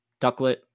Ducklet